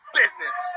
business